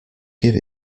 give